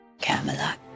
Camelot